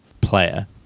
player